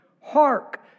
Hark